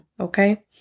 Okay